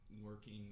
working